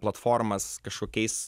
platformas kažkokiais